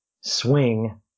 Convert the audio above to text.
swing